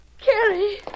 Carrie